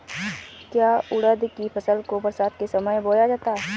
क्या उड़द की फसल को बरसात के समय बोया जाता है?